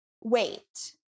wait